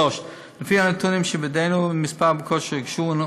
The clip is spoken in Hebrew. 2. לפי הנתונים שבידנו ומספר הבקשות שהוגשו,